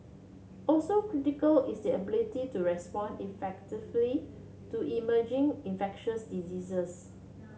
also critical is the ability to respond effectively to emerging infectious diseases